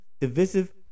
divisive